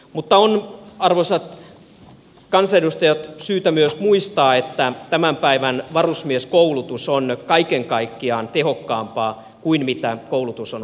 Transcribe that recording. mutta on arvoisat kansanedustajat syytä myös muistaa että tämän päivän varusmieskoulutus on kaiken kaikkiaan tehokkaampaa kuin mitä koulutus on ollut aikaisemmin